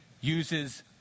uses